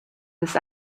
this